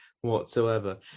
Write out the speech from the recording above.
whatsoever